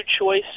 choice